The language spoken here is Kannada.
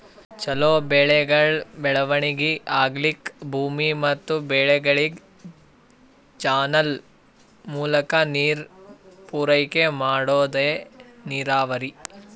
ಛಲೋ ಬೆಳೆಗಳ್ ಬೆಳವಣಿಗಿ ಆಗ್ಲಕ್ಕ ಭೂಮಿ ಮತ್ ಬೆಳೆಗಳಿಗ್ ಚಾನಲ್ ಮೂಲಕಾ ನೀರ್ ಪೂರೈಕೆ ಮಾಡದೇ ನೀರಾವರಿ